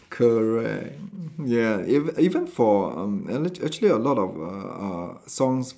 correct ya ev~ even for um a~ actually a lot of uh uh songs